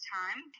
time